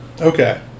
Okay